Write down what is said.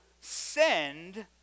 send